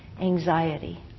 Anxiety